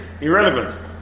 irrelevant